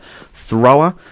thrower